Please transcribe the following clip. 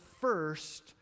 first